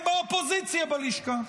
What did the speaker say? הם באופוזיציה בלשכה.